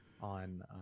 on